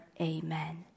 Amen